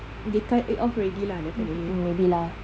they cut it off already lah definitely